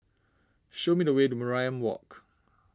show me the way to Mariam Walk